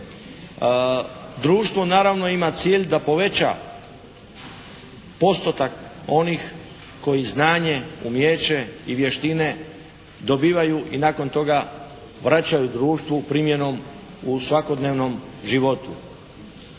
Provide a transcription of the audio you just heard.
Društvo naravno ima cilj da poveća postotak onih koji znanje, umijeće i vještine dobivaju i nakon toga vraćaju društvu primjenom u svakodnevnom životu.